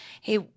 hey